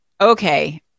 okay